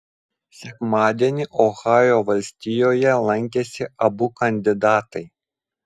sekmadienį ohajo valstijoje lankėsi abu kandidatai